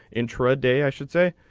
intraday i should say.